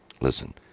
listen